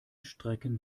strecken